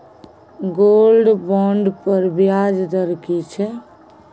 Gold bond पर ब्याज दर की छै?